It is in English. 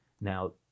now